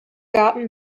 garten